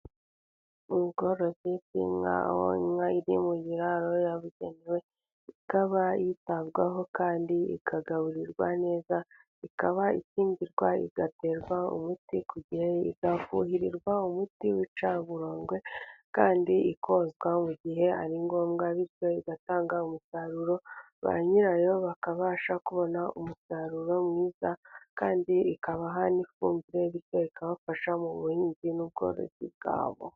Ubworozi bw'inka aho inka iri mu birararo yabugenewe, ikaba yitabwaho kandi ikagaburirwa neza, ikaba ikingirwarwa igaterwa umuti ku gihe, izafuhirirwa umuti w'icya uburondwe kandi ikozwa mu gihe ari ngombwa, bityo igatanga umusaruro, ba nyirayo bakabasha kubona umusaruro mwiza kandi ikabaha ifumbire, bityo ikabafasha mu buhinzi n'ubworozi bwabo.